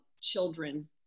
children